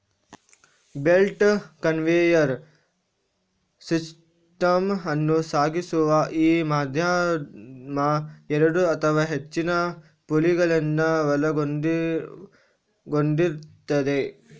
belt conveyor system ಅನ್ನು ಸಾಗಿಸುವ ಈ ಮಾಧ್ಯಮ ಎರಡು ಅಥವಾ ಹೆಚ್ಚಿನ ಪುಲ್ಲಿಗಳನ್ನ ಒಳಗೊಂಡಿರ್ತದೆ